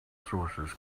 sources